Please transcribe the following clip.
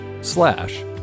slash